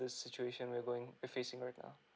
this situation we are going we're facing right now